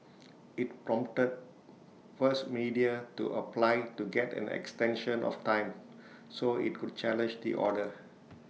IT prompted first media to apply to get an extension of time so IT could challenge the order